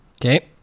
Okay